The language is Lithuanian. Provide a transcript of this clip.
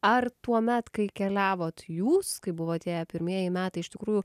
ar tuomet kai keliavot jūs kai buvo tie pirmieji metai iš tikrųjų